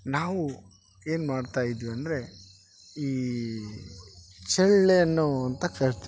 ನಾವು ಏನುಮಾಡ್ತಾಯಿದ್ವಿ ಅಂದರೆ ಈ ಚಳ್ಳೆಹಣ್ಣೂ ಅಂತ ಕರಿತೀವಿ